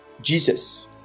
Jesus